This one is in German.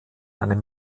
einem